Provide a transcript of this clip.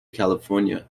california